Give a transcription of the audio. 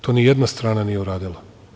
To nijedna strana nije uradila.